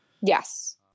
Yes